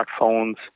smartphones